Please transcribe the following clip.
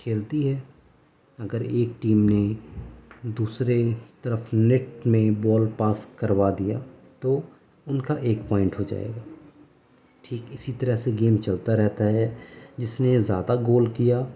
کھیلتی ہے اگر ایک ٹیم نے دوسرے طرف نیٹ میں بال پاس کروا دیا تو ان کا ایک پوائنٹ ہو جائے گا ٹھیک اسی طرح سے گیم چلتا رہتا ہے جس نے زیادہ گول کیا